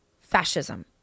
fascism